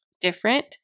different